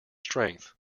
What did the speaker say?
strength